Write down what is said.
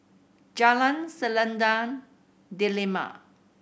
Jalan Selendang Delima